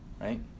right